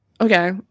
Okay